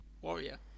Warrior